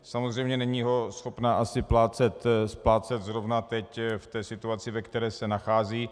Samozřejmě není ho schopna asi splácet zrovna teď v situaci, ve které se nachází.